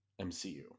MCU